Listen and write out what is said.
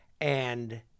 And-